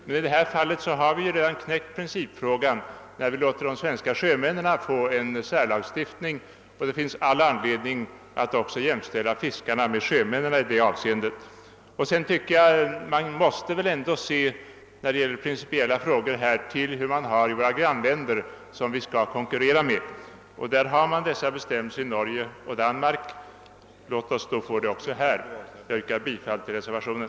Men i det ta fall har vi ju redan knäckt principfrågan eftersom vi låter de svenska sjömännen få en särlagstiftning. Det finns all anledning att jämställa fiskarna med sjömännen i detta avseende. När det gäller principiella frågor måste man väl ändå ta hänsyn till hur man har det i grannländerna som vi skall konkurrera med. I Norge och Danmark har man dessa bestämmelser. Låt oss då få dem också här! Jag yrkar bifall till reservationen.